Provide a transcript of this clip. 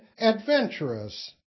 adventurous